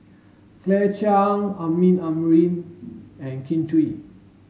Claire Chiang Amin Amrin and Kin Chui